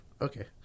okay